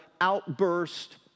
outburst